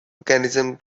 mechanism